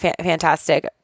fantastic